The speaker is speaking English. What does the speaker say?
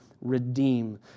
redeem